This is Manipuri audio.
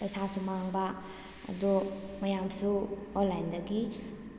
ꯄꯩꯁꯥꯁꯨ ꯃꯥꯡꯕ ꯑꯗꯣ ꯃꯌꯥꯝꯁꯨ ꯑꯣꯟꯂꯥꯡꯏꯗꯒꯤ